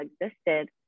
existed